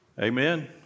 Amen